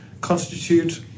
constitute